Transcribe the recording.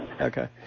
Okay